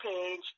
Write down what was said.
page